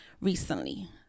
recently